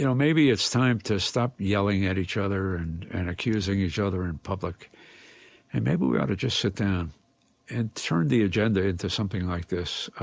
you know maybe it's time to stop yelling at each other and and accusing each other in public and maybe we ought to just sit down and turn the agenda into something like this ah